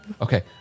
Okay